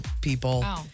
people